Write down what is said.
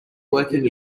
working